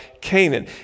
Canaan